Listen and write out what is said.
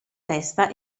testa